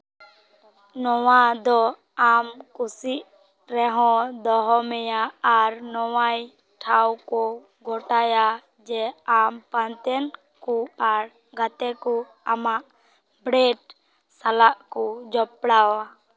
ᱱᱚᱣᱟ ᱫᱚ ᱟᱢ ᱠᱩᱥᱤᱜ ᱨᱮᱸᱦᱚ ᱫᱚᱦᱚ ᱢᱮᱭᱟᱭ ᱟᱨ ᱱᱚᱣᱟ ᱴᱷᱟᱶ ᱠᱮ ᱜᱚᱴᱟᱭᱟ ᱡᱮ ᱟᱢ ᱯᱟᱱᱛᱮᱱ ᱠᱚ ᱟᱨ ᱜᱟᱛᱮ ᱠᱚ ᱟᱢᱟᱜ ᱵᱞᱮᱰ ᱥᱟᱞᱟᱜ ᱠᱚ ᱡᱚᱯᱚᱲᱟᱣᱟ